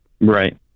Right